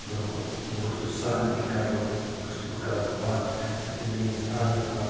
برٛۄنٛہہ کُن بہٕ گوٚژھُس صحن تہِ گَنٛڈُن یہِ گوٚژھُس بہٕ کَرُن بنٛد یُتھ نہٕ میٛٲنِس آنٛگنَس منٛز